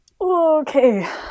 Okay